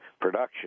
production